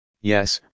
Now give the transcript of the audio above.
yes